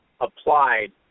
applied